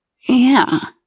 Yeah